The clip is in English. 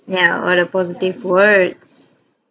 ya what a positive words